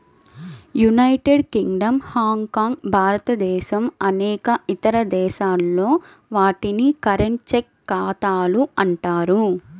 United Kingdom, Hong Kong, భారతదేశం అనేక ఇతర దేశాల్లో, వాటిని కరెంట్, చెక్ ఖాతాలు అంటారు